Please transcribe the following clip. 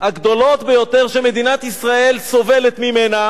הגדולות ביותר שמדינת ישראל סובלת ממנה,